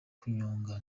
kunyonga